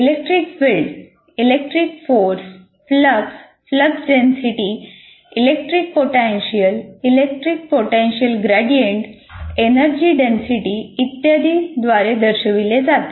electric field electric force flux flux density electric potential electric potential gradient energy density इत्यादी द्वारे दर्शविले जाते